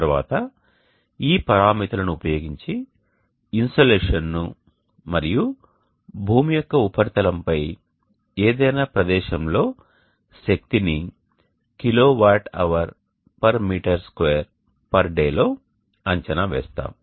తరువాత ఈ పరామితులను ఉపయోగించి ఇన్సోలేషన్ ను మరియు భూమి యొక్క ఉపరితలంపై ఏదైనా ప్రదేశంలో శక్తిని kWhm2 day లో అంచనా వేస్తాము